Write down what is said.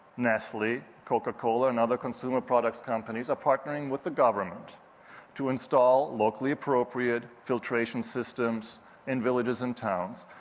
nestle, coca-cola and other consumer products companies are partnering with the government to install locally appropriate filtration systems in villages and towns,